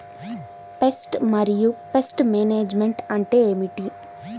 Pest మరియు pest management అంటే ఏమిటి?